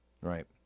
Right